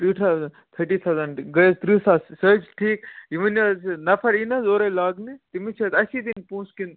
thousand تھٔٹی thousand گٔے حظ تٕرٛہ ساس سُہ حظ چھِ ٹھیٖک یہِ ؤنِو حظ نَفر یی نہٕ حظ اورَے لاگنہِ تٔمِس چھِ حظ اَسی دِنۍ پونٛسہٕ کِنہٕ